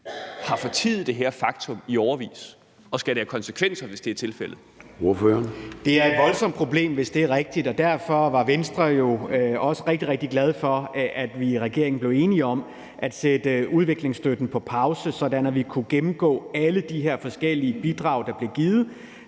Formanden (Søren Gade): Ordføreren. Kl. 23:41 Michael Aastrup Jensen (V): Det er et voldsomt problem, hvis det er rigtigt. Derfor var Venstre jo også rigtig, rigtig glade for, at vi i regeringen blev enige om at sætte udviklingsstøtten på pause, sådan at vi kunne gennemgå alle de forskellige bidrag, der blev givet,